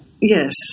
yes